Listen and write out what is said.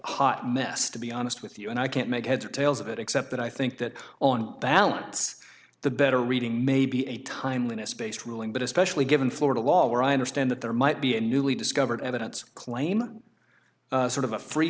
hot mess to be honest with you and i can't make heads or tails of it except that i think that on balance the better reading may be a timeliness based ruling but especially given florida law where i understand that there might be a newly discovered evidence claim sort of a free